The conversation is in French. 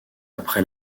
après